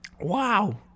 Wow